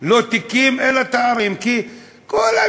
לא תיקים, אלא תארים.